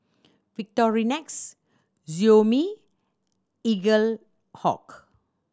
Victorinox Xiaomi Eaglehawk